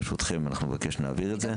ברשותכם, אנחנו נבקש להעביר את זה.